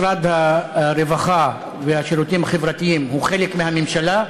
משרד הרווחה והשירותים החברתיים הוא חלק מהממשלה,